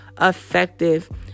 effective